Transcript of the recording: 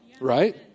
right